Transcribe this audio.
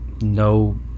no